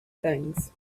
things